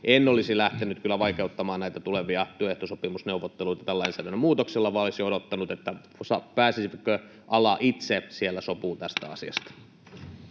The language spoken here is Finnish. en olisi kyllä lähtenyt vaikeuttamaan näitä tulevia työehtosopimusneuvotteluita tämän lainsäädännön muutoksella, vaan olisin odottanut, pääsisikö ala itse siellä sopuun tästä asiasta.